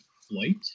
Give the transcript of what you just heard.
Flight